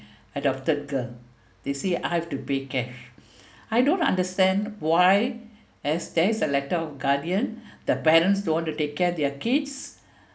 adopted girl they say I have to pay cash I don't understand why as there is a letter of guardian the parents don't want to take care their kids